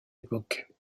époque